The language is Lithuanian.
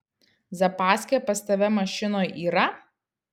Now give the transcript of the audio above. zapaskė pas tave mašinoj yra